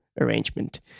arrangement